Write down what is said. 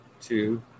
two